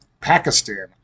Pakistan